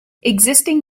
existing